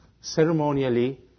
ceremonially